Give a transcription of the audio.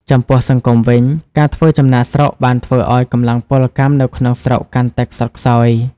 ចំពោះសង្គមវិញ ការធ្វើចំណាកស្រុកបានធ្វើឱ្យកម្លាំងពលកម្មនៅក្នុងស្រុកកាន់តែខ្សត់ខ្សោយ។